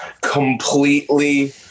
completely